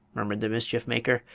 murmured the mischiefmaker,